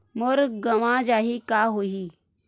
मोर गंवा जाहि का होही?